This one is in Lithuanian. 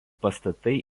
pastatai